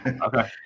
Okay